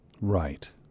Right